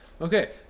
okay